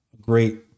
great